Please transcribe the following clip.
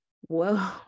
Whoa